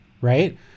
right